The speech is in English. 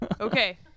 Okay